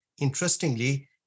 interestingly